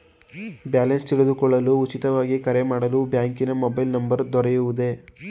Balance ತಿಳಿದುಕೊಳ್ಳಲು ಉಚಿತವಾಗಿ ಕರೆ ಮಾಡಲು ಬ್ಯಾಂಕಿನ ಮೊಬೈಲ್ ನಂಬರ್ ದೊರೆಯುವುದೇ?